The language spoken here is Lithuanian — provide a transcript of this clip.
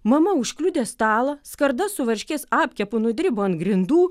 mama užkliudė stalą skarda su varškės apkepu nudribo ant grindų